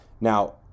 Now